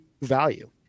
value